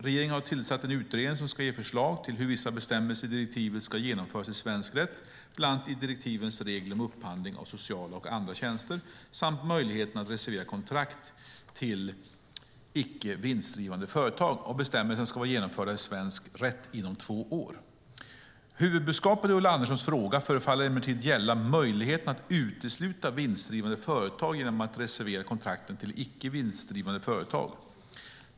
Regeringen har tillsatt en utredning som ska ge förslag till hur vissa bestämmelser i direktivet ska genomföras i svensk rätt, bland annat direktivens regler om upphandling av sociala och andra tjänster samt möjligheten att reservera kontrakt till icke vinstdrivande företag. Bestämmelserna ska vara genomförda i svensk rätt inom två år. Huvudbudskapet i Ulla Anderssons fråga förefaller emellertid gälla möjligheten att utesluta vinstdrivande företag genom att reservera kontrakten till icke vinstdrivande företag.